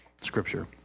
scripture